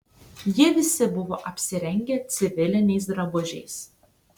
jie visi buvo apsirengę civiliniais drabužiais